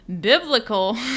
biblical